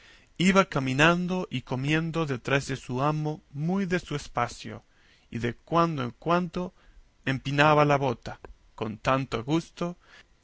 iba caminando y comiendo detrás de su amo muy de su espacio y de cuando en cuando empinaba la bota con tanto gusto